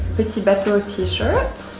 petit bateau ah t-shirt,